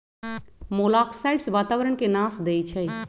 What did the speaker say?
मोलॉक्साइड्स वातावरण के नाश देई छइ